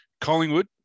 Collingwood